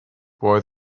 boy